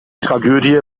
tragödie